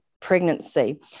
pregnancy